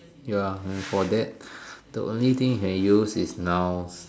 ya for that the only thing you can use is nouns